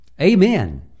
Amen